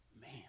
Man